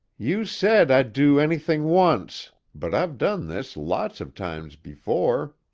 you said i'd do anything once, but i've done this lots of times before